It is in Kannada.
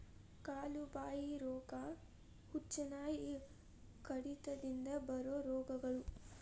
ಕಾಲು ಬಾಯಿ ರೋಗಾ, ಹುಚ್ಚುನಾಯಿ ಕಡಿತದಿಂದ ಬರು ರೋಗಗಳು